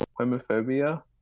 homophobia